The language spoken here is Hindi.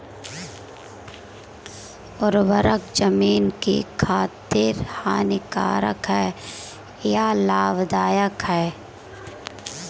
उर्वरक ज़मीन की खातिर हानिकारक है या लाभदायक है?